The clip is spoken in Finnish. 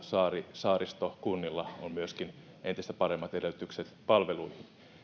saaristokunnilla on entistä paremmat edellytykset palveluihin